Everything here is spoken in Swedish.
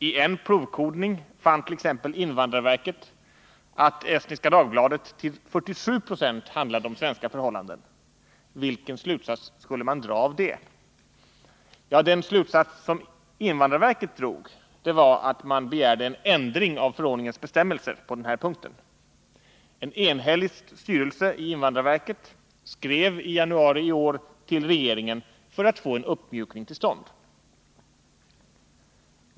I en provkodning fann t.ex. invandrarverket att Estniska Dagbladet till 47 Jo handlade om svenska förhållanden — vilken slutsats skulle man dra av det? Ja, den slutsats som verket drog var att man begärde en ändring av förordningens bestämmelser på den här punkten. En enhällig styrelse i invandrarverket skrev i januari i år till regeringen för att få en uppmjukning till stånd.